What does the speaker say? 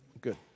Good